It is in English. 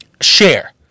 share